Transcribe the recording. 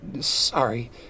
Sorry